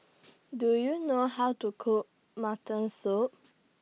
Do YOU know How to Cook Mutton Soup